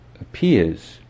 appears